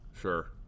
Sure